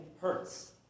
hurts